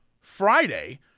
Friday